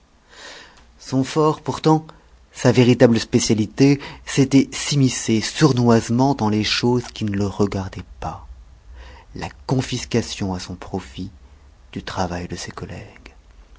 son fort pourtant sa véritable spécialité c'était s'immiscer sournoisement dans les choses qui ne le regardaient pas la confiscation à son profit du travail de ses collègues